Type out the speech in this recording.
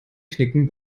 knicken